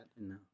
No